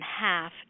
half